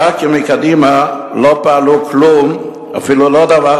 חברי הכנסת מקדימה לא פעלו כלום, אפילו לא דבר,